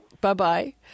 bye-bye